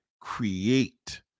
create